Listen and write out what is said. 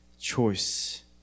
choice